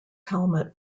helmet